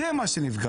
זה מה שנפגע.